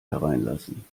hereinlassen